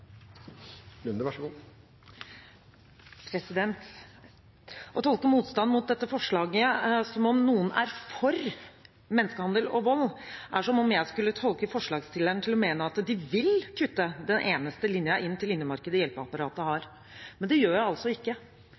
for menneskehandel og vold, er som om jeg skulle tolke forslagsstillerne til å mene at de vil kutte den eneste linja inn til innemarkedet hjelpeapparatet har. Men det gjør jeg altså ikke.